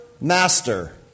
master